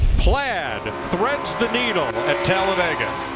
plaid, threads the needle at talladega.